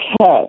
Okay